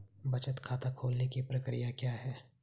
बचत खाता खोलने की प्रक्रिया क्या है?